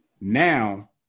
Now